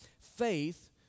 faith